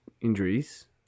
injuries